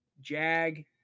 JAG